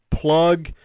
plug